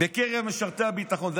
בקרב משרתי הביטחון".